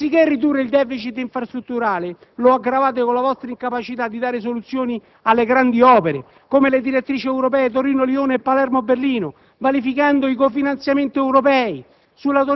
Anziché ridurre il *deficit* infrastrutturale lo aggravate con la vostra incapacità di dare soluzioni alle grandi opere, come le direttrici europee Torino-Lione e Palermo-Berlino, vanificando i cofinanziamenti europei.